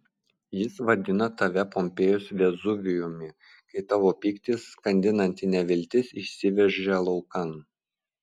jis vadina tave pompėjos vezuvijumi kai tavo pyktis skandinanti neviltis išsiveržia laukan